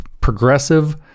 progressive